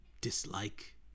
dislike